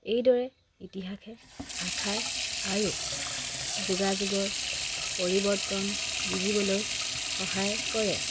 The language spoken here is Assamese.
এইদৰে ইতিহাসে ভাষাৰ আৰু যোগাযোগৰ পৰিৱৰ্তন বুজিবলৈ সহায় কৰে